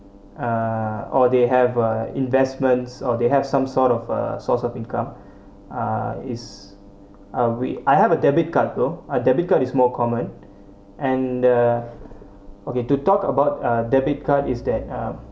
uh or they have a investments or they have some sort of a source of income ah is uh we I have a debit card though a debit card is more common and the okay to talk about a debit card is that uh